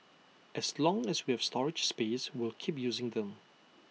as long as we have storage space we'll keep using them